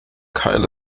keil